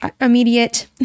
immediate